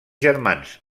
germans